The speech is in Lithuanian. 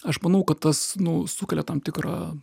aš manau kad tas nu sukelia tam tikrą